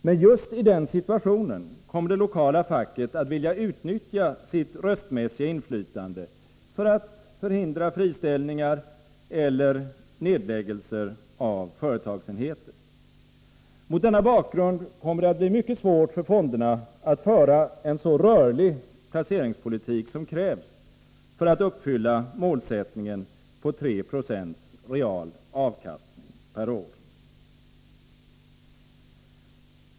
Men just i den situationen kommer det lokala facket att vilja utnyttja sitt röstmässiga inflytande för att förhindra friställningar eller nedläggelser av företagsenheter. Mot denna bakgrund kommer det att bli mycket svårt för fonderna att föra en så rörlig placeringspolitik som krävs för att uppfylla målsättningen på 3 20 real avkastning per år.